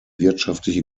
wirtschaftliche